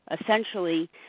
Essentially